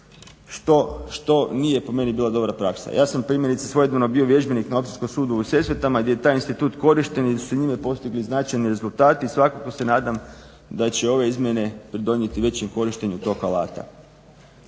što nije po meni bila dobra praksa. Ja sam primjerice svojedobno bio vježbenik na Općinskom sudu u Sesvetama gdje je taj institut korišten i gdje su se njime postigli značajni rezultati i svakako se nadam da će ove izmjene pridonijeti većem korištenju tog alata.